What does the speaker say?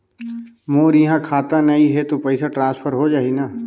मोर इहां खाता नहीं है तो पइसा ट्रांसफर हो जाही न?